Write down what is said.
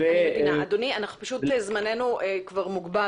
אני יכול להגיד שקשה מאוד לשכנע אנשים לכהן